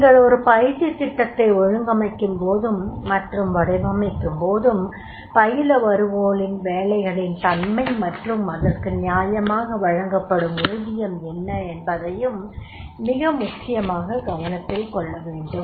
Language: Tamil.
நீங்கள் ஒரு பயிற்சித் திட்டத்தை ஒழுங்கமைக்கும்போதும் மற்றும் வடிவமைக்கும்போதும் பயில வருவோரின் வேலைகளின் தன்மை மற்றும் அதற்கு நியாயமாக வழங்கப்படும்ஊதியம் என்ன என்பதையும் மிக முக்கியமாக கவனத்தில் கொள்ளவேண்டும்